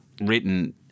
written